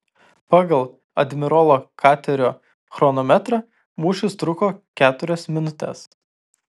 pagal admirolo katerio chronometrą mūšis truko keturias minutes